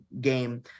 game